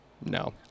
No